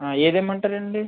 ఏది ఇమ్మంటారండి